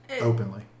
openly